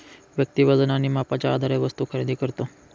व्यक्ती वजन आणि मापाच्या आधारे वस्तू खरेदी करतो